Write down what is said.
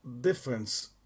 difference